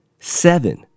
Seven